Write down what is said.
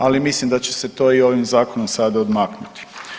Ali mislim da će se to i ovim zakonom sada odmaknuti.